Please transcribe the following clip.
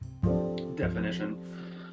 definition